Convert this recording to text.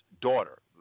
daughter